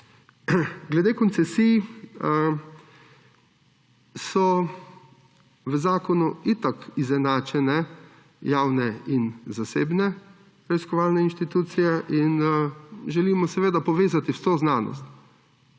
Glede koncesij so v zakonu itak izenačene javne in zasebne preiskovalne inštitucije in želimo seveda povezati vso znanost